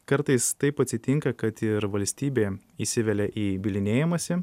kartais taip atsitinka kad ir valstybė įsivelia į bylinėjimąsi